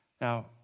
Now